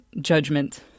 judgment